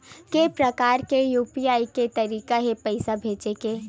के प्रकार के यू.पी.आई के तरीका हे पईसा भेजे के?